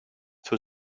two